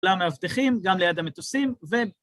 להמאבטחים, גם ליד המטוסים ו...